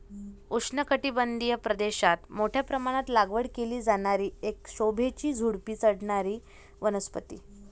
उष्णकटिबंधीय प्रदेशात मोठ्या प्रमाणात लागवड केली जाणारी एक शोभेची झुडुपी चढणारी वनस्पती